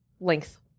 length